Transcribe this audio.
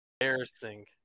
embarrassing